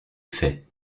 fait